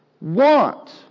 Want